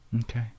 Okay